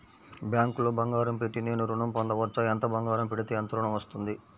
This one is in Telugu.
బ్యాంక్లో బంగారం పెట్టి నేను ఋణం పొందవచ్చా? ఎంత బంగారం పెడితే ఎంత ఋణం వస్తుంది?